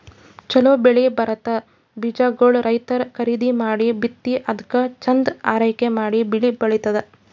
ಛಲೋ ಬೆಳಿ ಬರಂಥ ಬೀಜಾಗೋಳ್ ರೈತರ್ ಖರೀದಿ ಮಾಡಿ ಬಿತ್ತಿ ಅದ್ಕ ಚಂದ್ ಆರೈಕೆ ಮಾಡಿ ಬೆಳಿ ಬೆಳಿತಾರ್